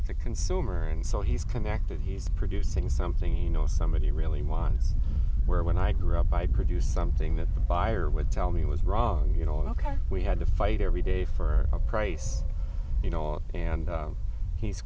with the consumer and so he's connected he's producing something you know somebody really one where when i grew up by produce something that the buyer would tell me was wrong you know ok we had to fight every day for a price you know and he's